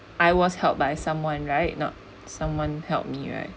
I was helped by someone right not someone helped me right